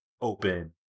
open